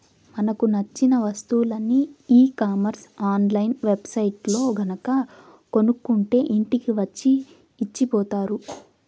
మనకు నచ్చిన వస్తువులని e commerce online web సైట్లల్లో గనక కొనుక్కుంటే ఇంటికి వచ్చి ఇచ్చిపోతారు